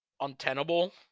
untenable